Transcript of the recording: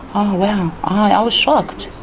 oh wow, i was shocked.